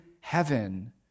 heaven